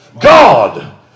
God